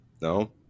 No